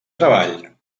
treball